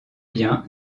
bien